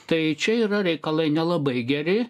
tai čia yra reikalai nelabai geri